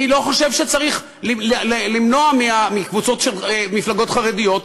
אני לא חושב שצריך למנוע מקבוצות של מפלגות חרדיות,